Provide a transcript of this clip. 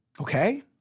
Okay